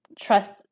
trust